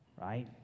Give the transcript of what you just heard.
right